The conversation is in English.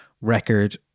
record